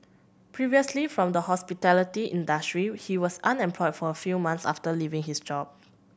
previously from the hospitality industry he was unemployed for few months after leaving his job